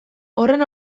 horren